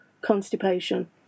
constipation